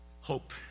Hope